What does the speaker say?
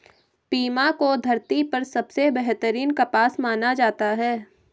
Pima को धरती पर सबसे बेहतरीन कपास माना जाता है